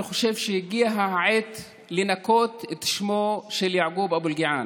אני חושב שהגיעה העת לנקות את שמו של יעקוב אבו אלקיעאן.